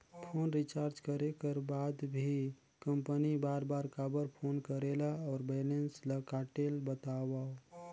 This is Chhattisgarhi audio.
फोन रिचार्ज करे कर बाद भी कंपनी बार बार काबर फोन करेला और बैलेंस ल काटेल बतावव?